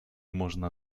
można